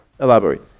elaborate